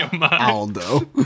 Aldo